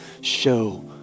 show